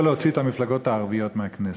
להוציא את המפלגות הערביות מהכנסת.